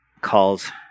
calls